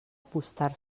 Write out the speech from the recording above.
apostar